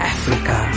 Africa